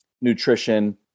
nutrition